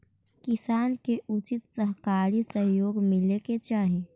किसान के उचित सहकारी सहयोग मिले के चाहि